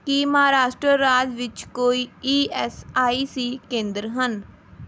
ਕੀ ਮਹਾਰਾਸ਼ਟਰ ਰਾਜ ਵਿੱਚ ਕੋਈ ਈ ਐਸ ਆਈ ਸੀ ਕੇਂਦਰ ਹਨ